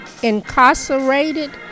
incarcerated